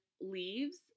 leaves